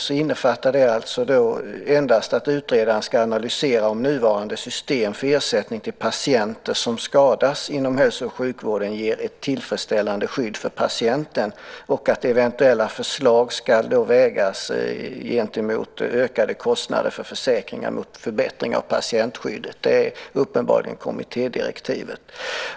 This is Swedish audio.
De innefattar endast att utredaren ska analysera om nuvarande system för ersättning till patienter som skadas inom hälso och sjukvården ger ett tillfredsställande skydd för patienten och att eventuella förslag ska väga ökade kostnader för försäkringar mot förbättringen av patientskyddet. Det är uppenbarligen kommittédirektiven.